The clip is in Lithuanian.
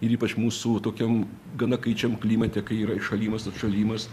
ir ypač mūsų tokiam gana kaičiam klimate kai yra įšalimas atšalimas